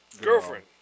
Girlfriend